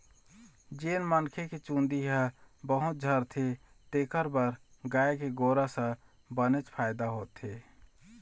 जेन मनखे के चूंदी ह बहुत झरथे तेखर बर गाय के गोरस ह बनेच फायदा होथे